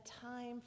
time